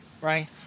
right